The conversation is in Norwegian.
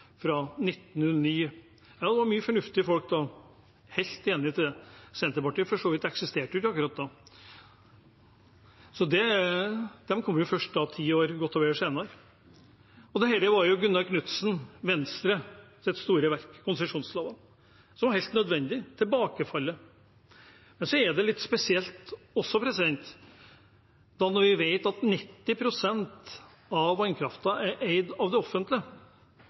1909. Ja, det var mye fornuftige folk da, jeg er helt enig i det. Senterpartiet eksisterte for så vidt ikke akkurat da. De kom først godt og vel ti år senere. Dette var jo Gunnar Knudsen, Venstre, sitt store verk, med konsesjonslovene og tilbakefallsretten, som var helt nødvendig. Det er også litt spesielt når vi vet at 90 pst. av vannkraften er eid av det offentlige.